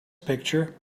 picture